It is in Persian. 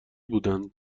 بودن